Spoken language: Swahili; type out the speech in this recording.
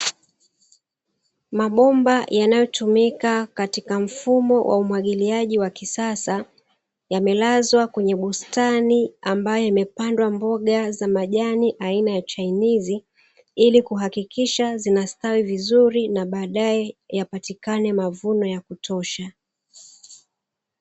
Mabomba yanayotumika katika mfumo wa umwagiliaji wa kisasa, yamelazwa kwenye bustani ambayo imepandwa mboga za majani aina ya chainizi, ili kuhakikisha zinastawi vizuri na baadae yapatikane mavuno ya kutosha.